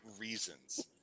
reasons